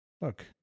look